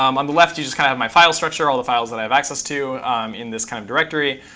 um on the left, you just have kind of my file structure, all the files that i have access to in this kind of directory.